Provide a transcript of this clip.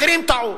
אחרים טעו,